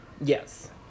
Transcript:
Yes